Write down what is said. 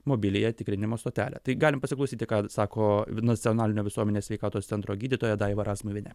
mobiliąją tikrinimo stotelę tai galim pasiklausyti ką sako nacionalinio visuomenės sveikatos centro gydytoja daiva razmuvienė